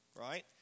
Right